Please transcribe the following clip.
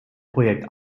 projekt